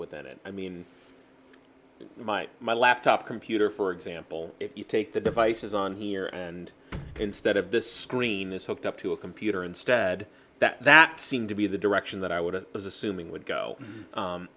with it i mean my my laptop computer for example if you take the devices on here and instead of this screen this hooked up to a computer instead that seemed to be the direction that i would it was assuming would go